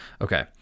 okay